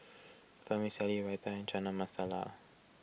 Vermicelli Raita and Chana Masala